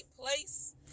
place